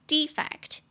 Defect